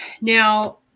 Now